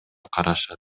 карашат